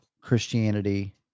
christianity